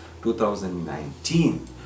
2019